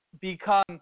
Become